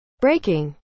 Breaking